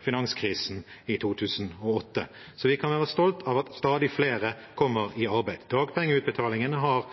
finanskrisen i 2008. Så vi kan være stolte av at stadig flere kommer i arbeid. Dagpengeutbetalingene har,